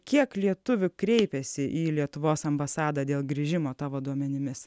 kiek lietuvių kreipėsi į lietuvos ambasadą dėl grįžimo tavo duomenimis